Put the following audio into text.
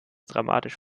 dramatisch